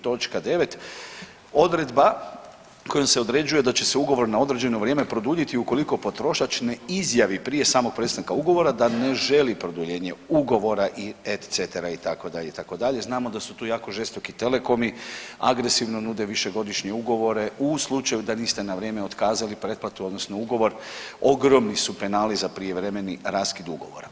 Točka 9 odredba kojom se određuje da će ugovor na određeno vrijeme produljiti ukoliko potrošač ne izjavi prije samog prestanka ugovora da ne želi produljenje ugovora i … itd., itd. znamo da su tu jako žestoki telekomi, agresivno nude višegodišnje ugovore u slučaju da niste na vrijeme otkazali pretplatu odnosno ugovor ogromni su penali za prijevremeni raskid ugovora.